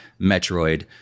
Metroid